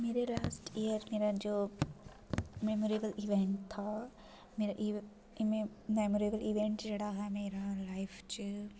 मेरे last year मेरा जो मेमोरेबल इवैंट हा मेमोरेबल इवैंट जेह्ड़ा हा मेरी लाईफ च